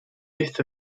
fifth